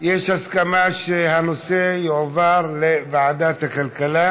יש הסכמה שהנושא יועבר לוועדת הכלכלה.